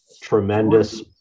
Tremendous